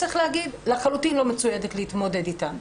לחלוטין לא מצוידת להתמודד איתן.